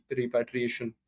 repatriation